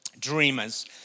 dreamers